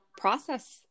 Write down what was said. process